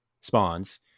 Spawns